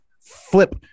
flip